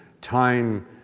time